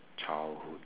childhood